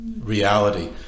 reality